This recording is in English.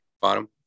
bottom